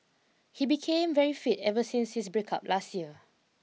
he became very fit ever since his breakup last year